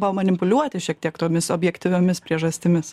pamanipuliuoti šiek tiek tomis objektyviomis priežastimis